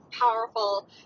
powerful